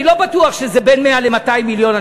אני לא בטוח שזה בין 100 ל-200 מיליון,